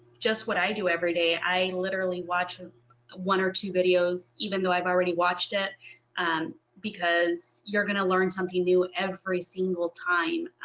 just what i do everyday i literally watch um one or two videos even though i've already watched it and because you're gonna learn something new every single time